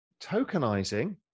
tokenizing